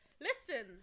Listen